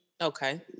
Okay